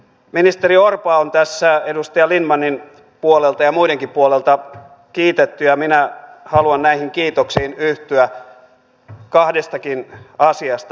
ministeri orpoa on tässä edustaja lindtmanin puolelta ja muidenkin puolelta kiitetty ja minä haluan näihin kiitoksiin yhtyä kahdestakin asiasta